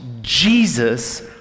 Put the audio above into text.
Jesus